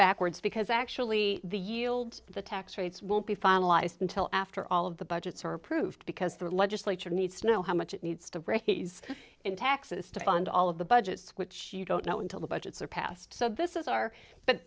backwards because actually the yield the tax rates will be finalized until after all of the budgets are approved because the legislature needs to know how much it needs to break in taxes to fund all of the budgets which you don't know until the budgets are passed so this is our but